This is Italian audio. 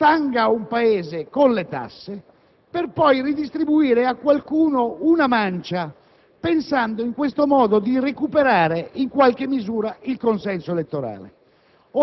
stanga un Paese con le tasse per poi redistribuire a qualcuno una mancia, pensando in questo modo di recuperare in qualche misura il consenso elettorale.